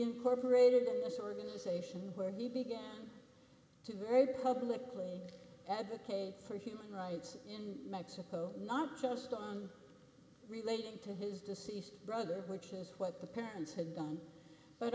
incorporated it as organization where the began to publicly advocate for human rights in mexico not just on relating to his deceased brother which is what the parents have done but